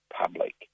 public